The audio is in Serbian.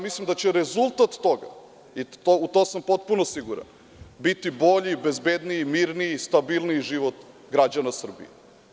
Mislim da će rezultat toga i u to sam potpuno siguran biti bolji, bezbedniji, mirniji, stabilniji život građana Srbije.